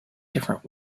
different